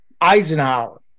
Eisenhower